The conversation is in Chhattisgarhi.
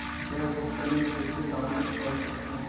बैंक स्टेटमेंट कइसे डाउनलोड कर सकथव?